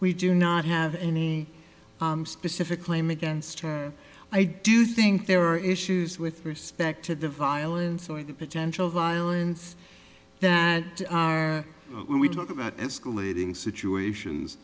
we do not have any specific claim against her i do think there are issues with respect to the violence or the potential violence that we talk about escalating situations